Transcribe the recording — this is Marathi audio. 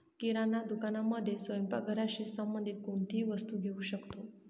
किराणा दुकानामध्ये स्वयंपाक घराशी संबंधित कोणतीही वस्तू घेऊ शकतो